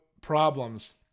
problems